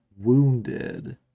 wounded